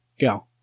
go